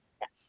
Yes